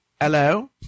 Hello